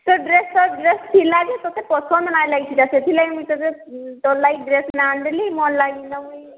ତୋ ଡ୍ରେସ୍ ତୋ ଡ୍ରେସ୍ ଥିଲା ଯେ ତତେ ପସନ୍ଦ ନାଇଁ ଲାଗିଥିଲା ସେଥିଲାଗି ମୁଁ ତତେ ତୋର ଲାଗି ଡ୍ରେସ୍ ନାଇଁ ଆନିଦେଲି ମୋର ଲାଗି ନ ମୁଇଁ